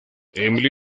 emily